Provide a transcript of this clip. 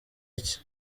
iki